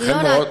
לא רק.